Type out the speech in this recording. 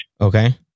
Okay